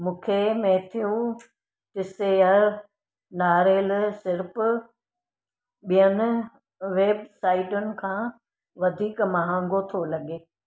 मूंखे मेथिउं तिस्सेयर नारेलु सिरपु ॿियनि वेबसाइटुनि खां वधीक महांगो थो लॻे